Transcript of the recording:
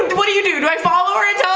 what do you do do i follow